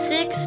Six